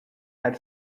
had